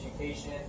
Education